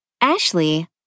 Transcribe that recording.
Ashley